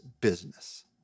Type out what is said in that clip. business